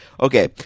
okay